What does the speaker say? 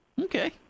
Okay